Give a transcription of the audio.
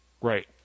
Right